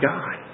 God